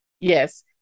Yes